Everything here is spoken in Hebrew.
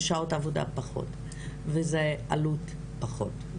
פחות שעות עבודה ועלות נמוכה יותר.